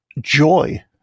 Joy